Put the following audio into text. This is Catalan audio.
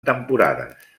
temporades